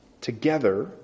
together